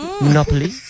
Monopoly